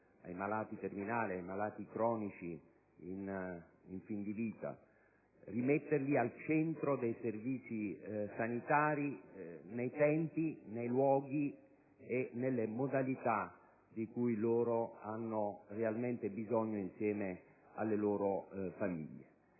ai malati terminali e cronici in fin di vita per rimetterli al centro dei servizi sanitari nei tempi, nei luoghi e nelle modalità di cui loro hanno realmente bisogno insieme alle loro famiglie.